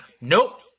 nope